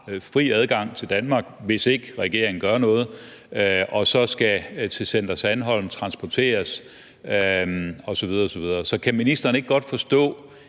fri adgang til Danmark, hvis ikke regeringen gør noget, og som skal til Center Sandholm, transporteres osv. osv. Så kan ministeren ikke godt forstå,